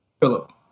Philip